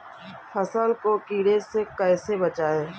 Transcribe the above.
फसल को कीड़े से कैसे बचाएँ?